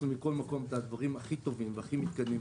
מכל מקום את הדברים הכי טובים והכי מתקדמים,